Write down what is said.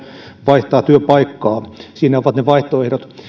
vaihtaa työpaikkaa siinä ovat ne vaihtoehdot